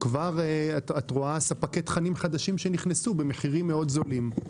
כבר רואים ספקי תכנים שנכנסו במחירים מאוד נמוכים.